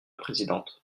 présidente